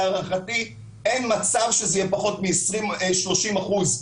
להערכתי אין מצב שזה יהיה פחות מ-30 אחוזים.